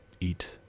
eat